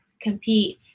Compete